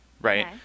Right